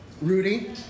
Rudy